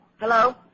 Hello